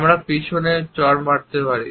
আমরা পিছনে চড় মারতে পারি